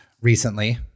recently